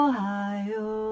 Ohio